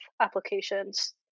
applications